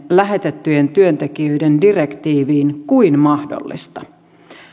lähetettyjen työntekijöiden direktiiviin niin tiukka soveltaminen kuin mahdollista